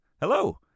hello